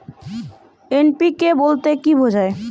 NPK বলতে কী বোঝায়?